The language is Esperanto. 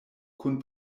kun